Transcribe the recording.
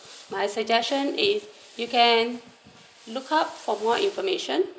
my suggestion if you can look out for more information